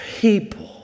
people